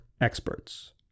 experts